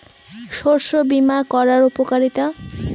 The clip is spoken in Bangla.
শস্য বিমা করার উপকারীতা?